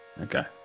okay